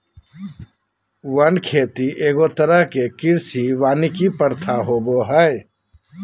वन खेती एगो तरह के कृषि वानिकी प्रथा होबो हइ